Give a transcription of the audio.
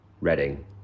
Reading